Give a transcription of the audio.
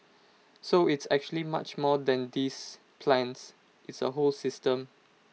so it's actually much more than these plans it's A whole system